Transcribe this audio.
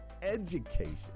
education